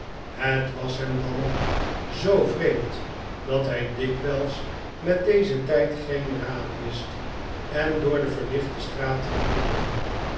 het was hem dan ook zoo vreemd dat hij dikwijls met dezen tijd geen raad wist en door de verlichte straten wandelde